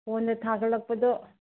ꯐꯣꯟꯗ ꯊꯥꯒꯠꯂꯛꯄꯗꯣ